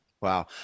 Wow